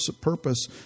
purpose